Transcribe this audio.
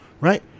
right